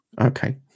Okay